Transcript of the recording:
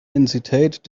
intensität